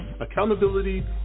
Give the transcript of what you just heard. accountability